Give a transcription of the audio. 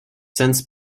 since